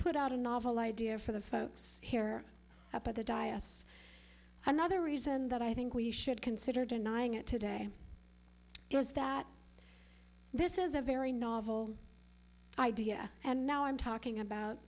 put out a novel idea for the folks here of the diocese another reason that i think we should consider denying it today is that this is a very novel idea and now i'm talking about